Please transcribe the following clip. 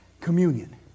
communion